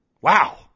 Wow